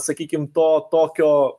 sakykim to tokio